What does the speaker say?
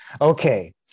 okay